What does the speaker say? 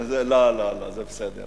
לא, זה בסדר.